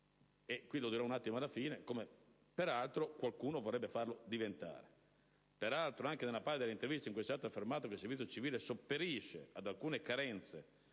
(lo vedremo più avanti), come peraltro qualcuno vorrebbe farlo diventare. Peraltro, anche nella parte dell'intervista in cui è stato affermato che il servizio civile sopperisce ad alcune carenze